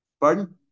Pardon